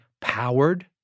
powered